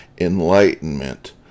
enlightenment